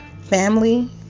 family